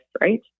Right